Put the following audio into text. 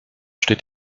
steht